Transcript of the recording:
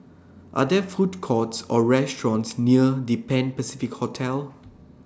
Are There Food Courts Or restaurants near The Pan Pacific Hotel